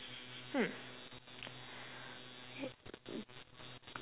hmm